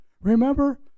Remember